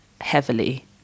heavily